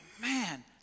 man